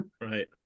Right